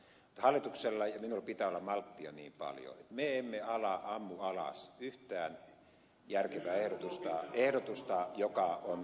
mutta hallituksella ja minulla pitää olla malttia niin paljon että me emme ammu alas yhtään järkevää ehdotusta joka on tehty